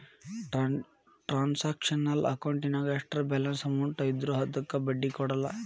transactional ಅಕೌಂಟಿನ್ಯಾಗ ಎಷ್ಟರ balance amount ಇದ್ರೂ ಅದಕ್ಕ ಬಡ್ಡಿ ಕೊಡಲ್ಲ